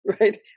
right